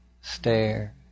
stare